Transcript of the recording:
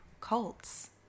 cults